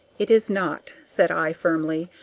it is not, said i, firmly.